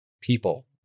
people